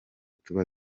tuba